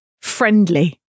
friendly